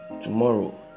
Tomorrow